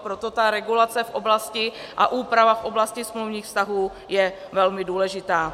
Proto ta regulace v oblasti a úprava v oblasti smluvních vztahů je velmi důležitá.